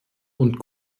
und